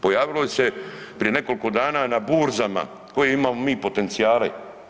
Pojavilo je se prije nekolko dana na burzama koje imamo mi potencijale.